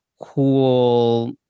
Cool